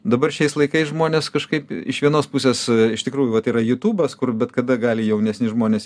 dabar šiais laikais žmonės kažkaip iš vienos pusės iš tikrųjų vat yra jutubas kur bet kada gali jaunesni žmonės